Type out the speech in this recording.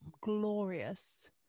glorious